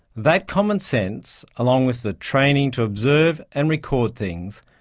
that common sense, along with the training to observe and record things,